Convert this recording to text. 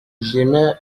j’émets